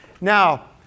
Now